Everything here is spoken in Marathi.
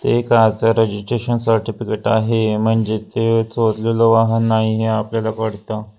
ते कारचं रजिस्ट्रेशन सर्टिफिकेट आहे म्हणजे ते चोरलेलो वाहन नाही हे आपल्याला कळतं